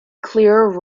clearer